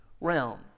realm